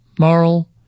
moral